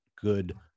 good